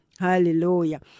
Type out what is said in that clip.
Hallelujah